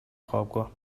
خوابگاه